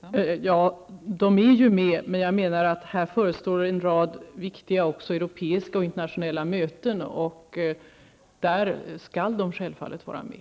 Fru talman! De är med, men jag menar att här förestår en rad viktiga europeiska och internationella möten, där de självfallet skall vara med.